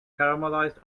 caramelized